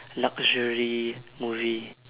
luxury movie